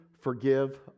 forgive